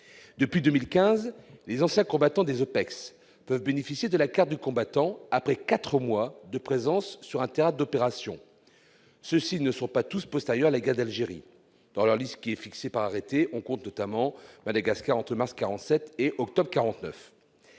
depuis 2015, les anciens combattants des OPEX peuvent bénéficier de la carte du combattant après quatre mois de présence sur un théâtre d'opérations. Ces OPEX ne sont pas toutes postérieures à la guerre d'Algérie : dans la liste, fixée par arrêté, on compte par exemple Madagascar entre mars 1947 et octobre 1949.